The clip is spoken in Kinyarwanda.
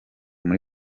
muri